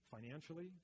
financially